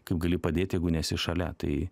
kaip gali padėti jeigu nesi šalia tai